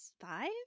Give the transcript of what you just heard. five